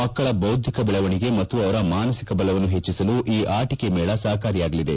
ಮಕ್ಕಳ ಬೌದ್ಧಿಕ ಬೆಳವಣಿಗೆ ಮತ್ತು ಅವರ ಮಾನಸಿಕ ಬಲವನ್ನು ಹೆಚ್ಚಿಸಲು ಈ ಆಟಿಕೆ ಮೇಳ ಸಪಕಾರಿಯಾಗಲಿದೆ